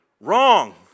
Wrong